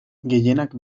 gehienak